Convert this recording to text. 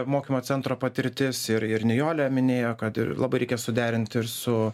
mokymo centro patirtis ir ir nijolė minėjo kad ir labai reikia suderinti ir su